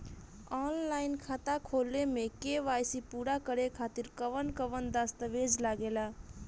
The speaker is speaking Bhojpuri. आनलाइन खाता खोले में के.वाइ.सी पूरा करे खातिर कवन कवन दस्तावेज लागे ला?